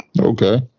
Okay